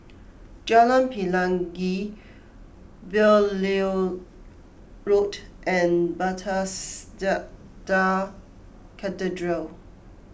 Jalan Pelangi Beaulieu Road and Bethesda Cathedral